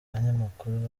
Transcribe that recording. abanyamakuru